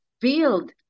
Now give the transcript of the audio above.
build